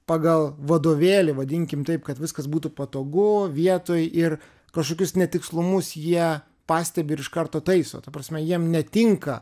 pagal vadovėlį vadinkim taip kad viskas būtų patogu vietoj ir kažkokius netikslumus jie pastebi ir iš karto taiso ta prasme jiem netinka